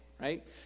right